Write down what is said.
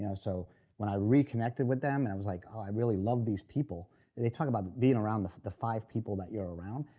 yeah so when i reconnected with them and it was like oh, i really love these people they talk about being around the the five people that you're around.